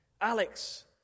Alex